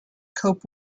cope